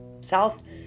south